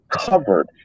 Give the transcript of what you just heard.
covered